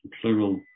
plural